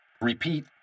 Repeat